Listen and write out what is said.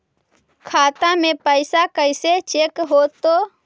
खाता में पैसा कैसे चेक हो तै?